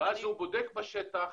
ואז הוא בודק בשטח